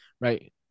right